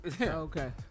Okay